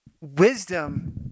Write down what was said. wisdom